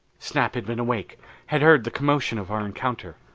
snap had been awake had heard the commotion of our encounter.